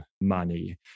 money